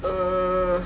err